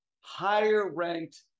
higher-ranked